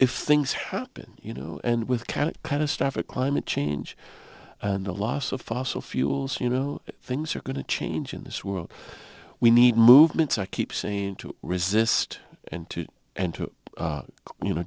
if things happen you know and with count kind of stuff it climate change and the loss of fossil fuels you know things are going to change in this world we need movements i keep saying to resist and to and to you know